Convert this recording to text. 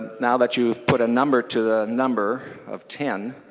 now that you put a number to a number of ten